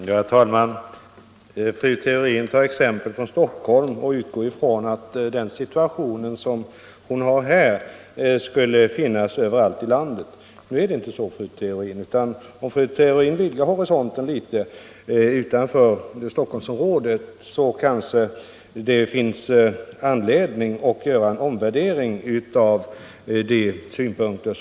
Herr talman! Fru Theorin tar exempel från Stockholm och utgår från att den situation som råder här skulle råda överallt i landet. Nu är det inte så, fru Theorin. Om fru Theorin vidgar horisonten litet och ser på förhållandena utanför Stockholm kanske fru Theorin finner anledning att göra en omvärdering av sina synpunkter.